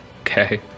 Okay